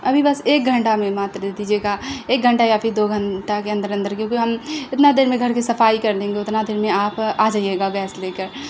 ابھی بس ایک گھنٹہ میں ماتر دے دیجیے گا ایک گھنٹہ یا پھر دو گھنٹہ کے اندر اندر کیونکہ ہم اتنا دیر میں گھر کی صفائی کر لیں گے اتنا دیر میں آپ آ جائیے گا گیس لے کر